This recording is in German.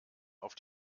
auf